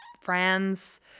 friends